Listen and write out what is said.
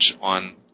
on